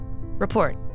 Report